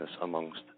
amongst